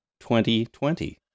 2020